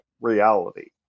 reality